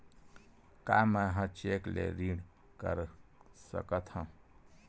का मैं ह चेक ले ऋण कर सकथव?